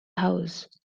house